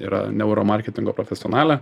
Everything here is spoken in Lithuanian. yra neuromarketingo profesionalė